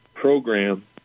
program